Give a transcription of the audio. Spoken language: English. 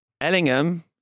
Ellingham